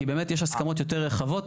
יש הסכמות יותר רחבות,